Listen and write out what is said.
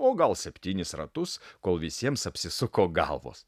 o gal septynis ratus kol visiems apsisuko galvos